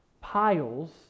piles